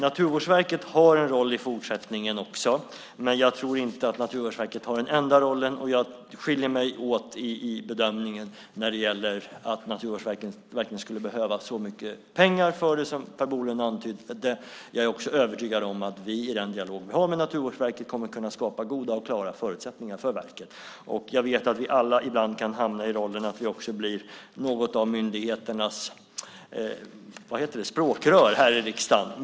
Naturvårdsverket har en roll i fortsättningen också, men jag tror inte att Naturvårdsverket har den enda rollen. Jag skiljer mig åt i bedömningen att Naturvårdsverket verkligen skulle behöva så mycket pengar för det som Per Bolund antydde. Jag är också övertygad om att vi i den dialog vi har med Naturvårdsverket kommer att kunna skapa goda och klara förutsättningar för verket. Jag vet att vi alla ibland kan hamna i rollen att vi blir något av myndigheternas språkrör här i riksdagen.